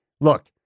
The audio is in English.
Look